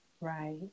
right